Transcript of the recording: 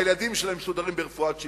הילדים שלהן מסודרים ברפואת שיניים,